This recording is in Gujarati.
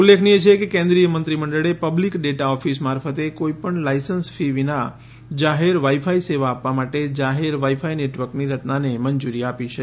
ઉલ્લેખનિય છે કે કેન્દ્રીય મંત્રીમંડળે પબ્લિક ડેટા ઓફિસ મારફતે કોઈપણ લાયસન્સ ફી વિના જાહેર વાઈ ફાઈ સેવા આપવા માટે જાહેર વાઈ ફાઈ નેટવર્કની રચનાને મંજુરી આપી છે